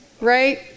right